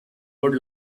good